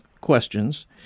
questions